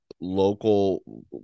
local